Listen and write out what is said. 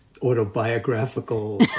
autobiographical